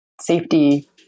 safety